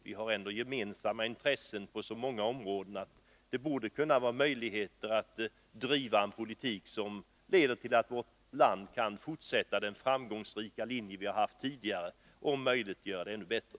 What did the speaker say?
Vi har ändå gemensamma intressen på så många områden att det borde finnas möjligheter att driva en politik som leder till att vårt land kan fortsätta på samma framgångsrika sätt som tidigare och om möjligt klara sig ännu bättre.